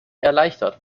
erleichtert